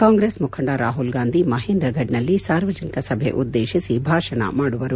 ಕಾಂಗ್ರೆಸ್ ಮುಖಂಡ ರಾಹುಲ್ ಗಾಂಧಿ ಮಹೇಂದ್ರಘಡ್ನಲ್ಲಿ ಸಾರ್ವಜನಿಕ ಸಭೆ ಉದ್ದೇಶಿಸಿ ಭಾಷಣ ಮಾದುವರು